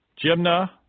Jimna